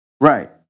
Right